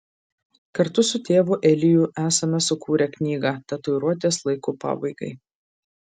kartu su tėvu eliju esame sukūrę knygą tatuiruotės laikų pabaigai